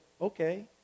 okay